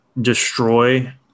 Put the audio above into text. destroy